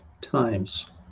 times